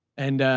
and, ah,